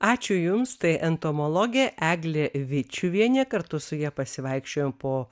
ačiū jums tai entomologė eglė vičiuvienė kartu su ja pasivaikščiojom po